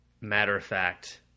matter-of-fact